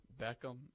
Beckham